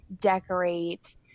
decorate